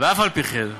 אף-על-פי-כן.